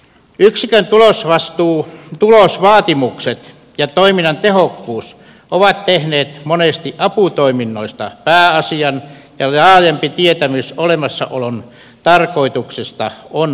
yksikön tulosvastuu tulosvaatimukset ja toiminnan tehokkuus ovat tehneet monesti aputoiminnoista pääasian ja laajempi tietämys olemassaolon tarkoituksesta on unohtunut